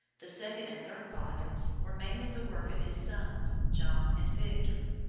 the second and third volumes were mainly the work of his sons, john and victor.